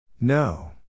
No